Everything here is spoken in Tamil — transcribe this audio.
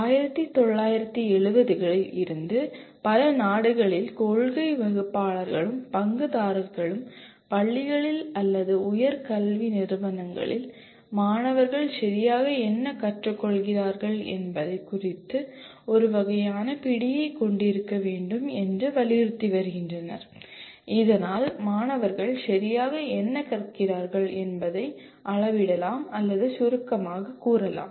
1970 களில் இருந்து பல நாடுகளில் கொள்கை வகுப்பாளர்களும் பங்குதாரர்களும் பள்ளிகளில் அல்லது உயர் கல்வி நிறுவனங்களில் மாணவர்கள் சரியாக என்ன கற்றுக்கொள்கிறார்கள் என்பதைக் குறித்து ஒரு வகையான பிடியைக் கொண்டிருக்க வேண்டும் என்று வலியுறுத்தி வருகின்றனர் இதனால் மாணவர்கள் சரியாக என்ன கற்கிறார்கள் என்பதை அளவிடலாம் அல்லது சுருக்கமாகக் கூறலாம்